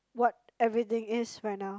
what everything is right now